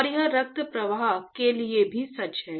और यह रक्त प्रवाह के लिए भी सच है